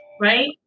right